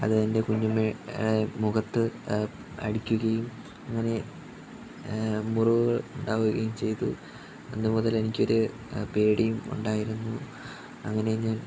അത് എൻ്റെ കുഞ്ഞമ്മയുടെ മുഖത്ത് അടിക്കുകയും അങ്ങനെ മുറിവുകൾ ഉണ്ടാവുകയും ചെയ്തു അന്നുമുതല് എനിക്കൊരു പേടിയും ഉണ്ടായിരുന്നു അങ്ങനെ ഞാൻ